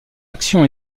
action